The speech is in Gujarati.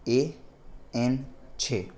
એ એન છે